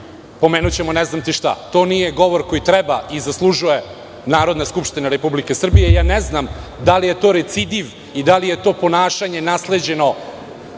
pomenućemo ne znam šta. To nije govor koji treba i zaslužuje Narodna skupština Republike Srbije. Ne znam da li je to recidiv i da li je to ponašanje nasleđeno